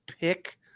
pick